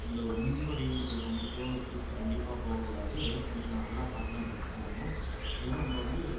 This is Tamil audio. இல்லை ரொம்ப வெயில் அடிக்கிற சமயத்தையோ ட்ரிப்பு கண்டிப்பாக போகக்கூடாது வெதர் கண்டிஷனை நல்லா பார்த்து தான் ட்ரிப் போகணும் இதெல்லாம் நம்ப வந்து